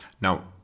Now